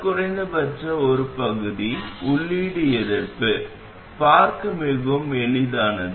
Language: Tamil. குறைந்தபட்சம் ஒரு பகுதி உள்ளீடு எதிர்ப்பு பார்க்க மிகவும் எளிதானது